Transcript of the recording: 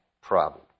problem